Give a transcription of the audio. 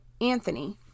Anthony